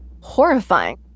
horrifying